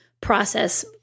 process